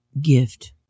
gift